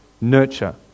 nurture